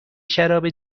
شراب